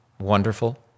Wonderful